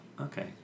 okay